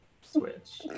switch